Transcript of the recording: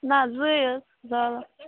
نہَ حظ زٕے حظ آ